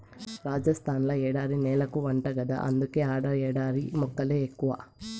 రాజస్థాన్ ల ఎడారి నేలెక్కువంట గదా అందుకే ఆడ ఎడారి మొక్కలే ఎక్కువ